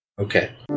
okay